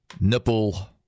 nipple